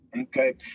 Okay